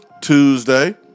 Tuesday